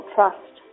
Trust